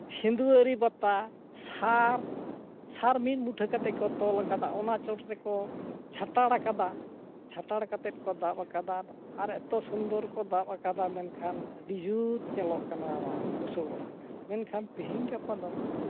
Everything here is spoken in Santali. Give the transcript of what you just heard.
ᱥᱤᱸᱫᱷᱩᱣᱟᱹᱨᱤ ᱵᱟᱛᱟ ᱥᱟᱨ ᱥᱟᱨ ᱢᱤᱫ ᱢᱩᱴᱷᱟᱹ ᱠᱟᱛᱮ ᱠᱚ ᱛᱚᱞᱟᱠᱟᱫᱟ ᱚᱱᱟ ᱪᱚᱴ ᱨᱮᱠᱚ ᱪᱷᱟᱴᱟᱬᱟᱠᱟᱫᱟ ᱪᱷᱟᱴᱟᱬ ᱠᱟᱛᱮ ᱠᱚ ᱫᱟᱵ ᱠᱟᱫᱟ ᱟᱨ ᱮᱛᱚ ᱥᱩᱱᱫᱚᱨ ᱠᱚ ᱫᱟᱵ ᱟᱠᱟᱫᱟ ᱢᱮᱱᱠᱷᱟᱱ ᱟᱹᱰᱤ ᱡᱩᱛ ᱧᱮᱞᱚᱜ ᱠᱟᱱᱟ ᱚᱱᱟ ᱚᱲᱟᱜ ᱵᱩᱥᱩᱵ ᱚᱲᱟᱜ ᱢᱮᱱᱠᱷᱟᱱ ᱛᱤᱦᱤᱧ ᱜᱟᱯᱟ ᱫᱚ